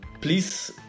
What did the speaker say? please